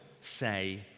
say